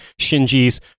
Shinji's